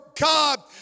God